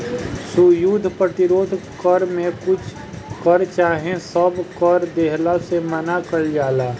युद्ध प्रतिरोध कर में कुछ कर चाहे सब कर देहला से मना कईल जाला